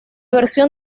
versión